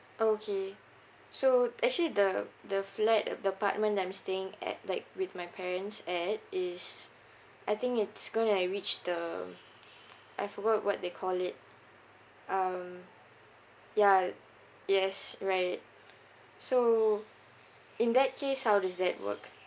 okay so actually the the flat ap~ the apartment that I'm staying at like with my parents at is I think it's going to reach the I forgot what they call it um ya yes right so in that case how does that work